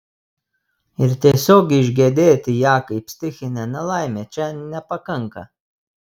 ir tiesiog išgedėti ją kaip stichinę nelaimę čia nepakanka